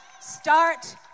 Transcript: start